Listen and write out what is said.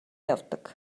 явдаг